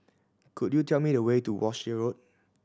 could you tell me the way to Walshe Road